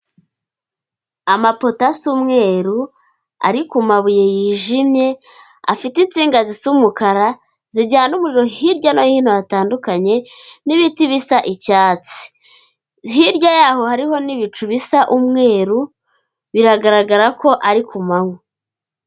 Amapoto asa umweru, ari ku mabuye yijimye, afite insinga zisa umukara, zijyana umuriro hirya no hino hatandukanye n'ibiti bisa icyatsi. Hirya y'aho hariho n'ibicu bisa umweru, biragaragara ko ari ku manywa.